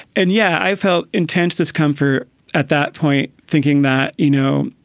and yeah, i felt intense discomfort at that point, thinking that, you know,